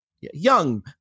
young